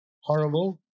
horrible